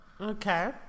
Okay